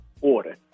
order